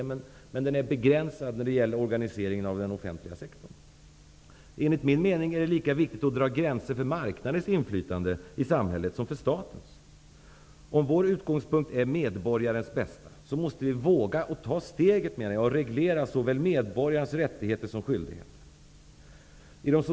Men marknaden är begränsad när det gäller organiseringen av den offentliga sektorn. Enligt min mening är det lika viktigt att dra gränser för marknadens inflytande över samhället som för statens. Om vår utgångspunkt är medborgarnas främsta, måste vi våga ta steget att reglera medborgarnas rättigheter såväl som skyldigheter.